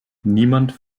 niemand